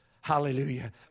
Hallelujah